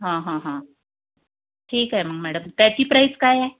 ठीक आहे मग मॅडम त्याची प्राईज काय आहे